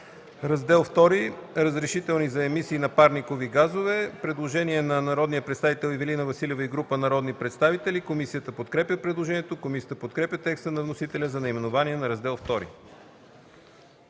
„Раздел II –Разрешителни за емисии на парникови газове”. Има предложение от народния представител Ивелина Василева и група народни представители. Комисията подкрепя предложението. Комисията подкрепя текста на вносителя за наименованието на Раздел II.